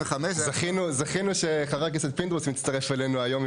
זכינו שחבר הכנסת פינדרוס מצטרף אלינו היום.